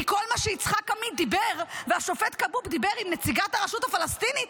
כי כל מה שיצחק עמית דיבר והשופט כבוב דיבר עם נציגת הרשות הפלסטינית,